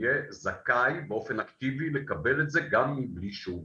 יהיה זכאי באופן אקטיבי לקבל את זה גם מבלי שהוא ביקש.